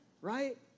right